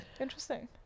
Interesting